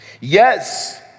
Yes